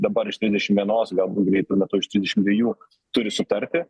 dabar iš tridešim vienos galbūt greitu metu iš trisdešim dviejų turi sutarti